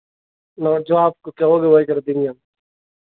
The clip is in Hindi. और जो आप कहोगे वही कर देंगे हम